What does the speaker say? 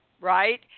Right